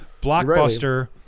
Blockbuster